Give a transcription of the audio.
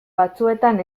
batzuetan